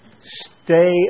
Stay